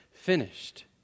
Finished